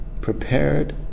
prepared